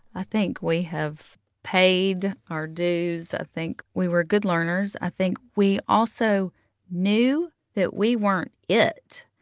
i think we have paid our dues. i think we were good learners. i think we also knew that we weren't it.